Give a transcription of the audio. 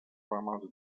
ramals